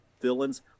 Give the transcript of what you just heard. villains